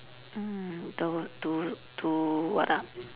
mm the what to to what ah